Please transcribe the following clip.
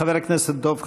חבר הכנסת דב חנין,